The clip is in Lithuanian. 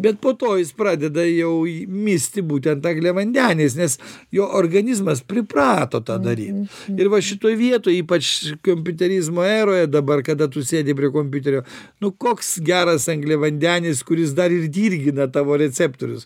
bet po to jis pradeda jau misti būtent angliavandeniais nes jo organizmas priprato tą daryt ir va šitoj vietoj ypač kompiuterizmo eroje dabar kada tu sėdi prie kompiuterio nu koks geras angliavandenis kuris dar ir dirgina tavo receptorius